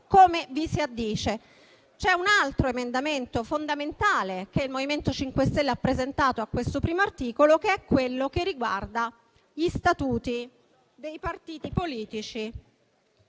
come vi si addice. C'è un altro emendamento fondamentale che il MoVimento 5 Stelle ha presentato a questo primo articolo, che è quello che riguarda gli statuti dei partiti politici